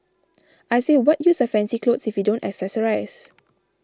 I say what use are fancy clothes if you don't accessorise